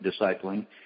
discipling